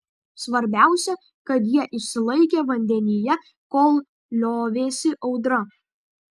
svarbiausia kad jie išsilaikė vandenyje kol liovėsi audra